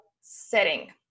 setting